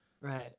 Right